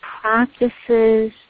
practices